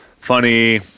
Funny